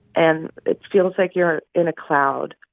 and it feels like you're in a cloud.